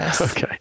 Okay